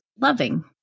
loving